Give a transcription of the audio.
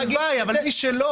אבל מי שלא?